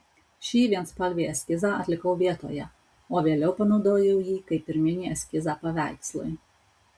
šį vienspalvį eskizą atlikau vietoje o vėliau panaudojau jį kaip pirminį eskizą paveikslui